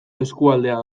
eskualdea